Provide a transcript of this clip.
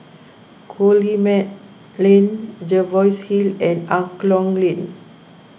Coleman Lane Jervois Hill and Angklong Lane